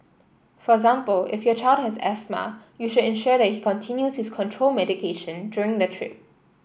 for example if your child has asthma you should ensure that he continues his control medication during the trip